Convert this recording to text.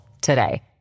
today